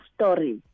story